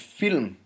film